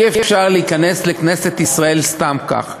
ואי-אפשר להיכנס לכנסת ישראל סתם כך,